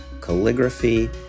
Calligraphy